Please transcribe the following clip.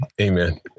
Amen